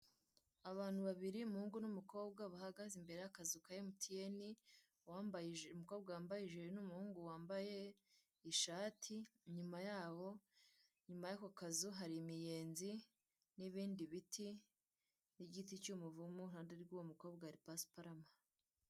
Abantu babiri umuhungu n'umukobwa bahagaze imbere y'akazu ka emutiyeni wambaye ijiri umukobwa wambaye ijiri n'umuhungu wambaye ishati, inyuma yabo inyuma y'ako kazu hari imiyenzi n'ibindi biti n'igiti cy'umuvumu iruhande rw'uwo mukobwa hari pasiparumu.